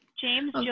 James